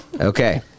Okay